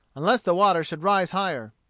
unless the water should rise higher.